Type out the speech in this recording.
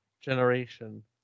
generation